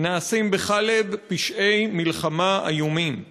נעשים בחאלב פשעי מלחמה איומים.